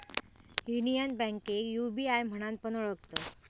union बैंकेक UBI म्हणान पण ओळखतत